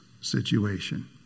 situation